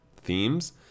themes